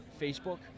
Facebook